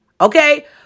Okay